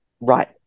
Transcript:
right